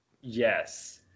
Yes